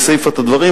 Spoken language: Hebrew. בסיפת הדברים,